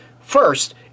First